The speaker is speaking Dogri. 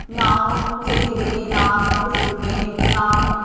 ना ओह् कुसै गी दिखदी ना अपने बजुर्गें गी दिखदी ना अपने